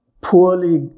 poorly